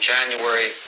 January